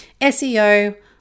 SEO